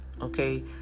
Okay